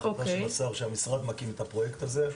החטיבה של השר של המשרד מקים את הפרויקט הזה.